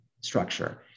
structure